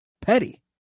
Petty